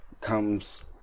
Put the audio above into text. comes –